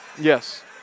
Yes